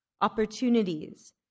opportunities